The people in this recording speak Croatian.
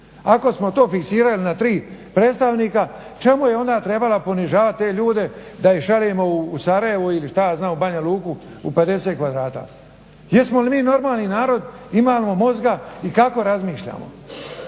Ako smo to fiksirali na tri predstavnika čemu je onda trebala ponižavati te ljude da ih šaljemo u Sarajevo ili što ja znam u Banja Luku u 50 kvadrata? Jesmo li mi normalni narod, imamo mozga i kako razmišljamo?